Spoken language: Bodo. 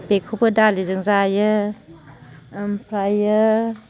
बेखौबो दालिजों जायो आमफ्रायो